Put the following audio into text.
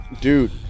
Dude